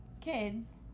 kids